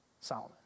Solomon